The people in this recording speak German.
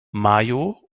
mayo